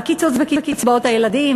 והקיצוץ בקצבאות הילדים.